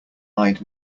eyed